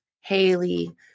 Haley